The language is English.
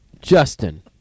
Justin